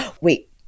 wait